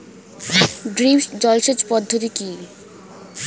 Drip জল সেচ পদ্ধতি কি?